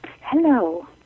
hello